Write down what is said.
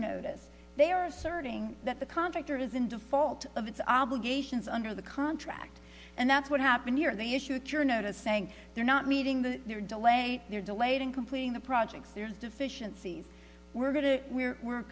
notice they are asserting that the contractor is in default of its obligations under the contract and that's what happened here the issue to your notice saying they're not meeting the their delay they're delayed in completing the projects there's deficiencies we're going to we're we're